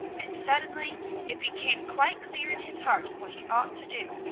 and suddenly it became quite clear in his heart what he ought to do.